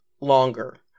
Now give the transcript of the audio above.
longer